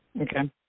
Okay